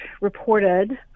reported